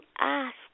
ask